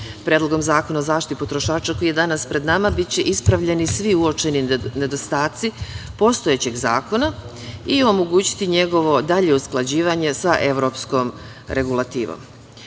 Predlogom zakona o zaštiti potrošača koji je danas pred nama biće ispravljeni svi uočeni nedostaci postojećeg zakona i omogućiti njegovo dalje usklađivanje sa evropskom regulativom.Za